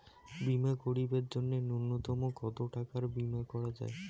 বীমা করিবার জন্য নূন্যতম কতো টাকার বীমা করা যায়?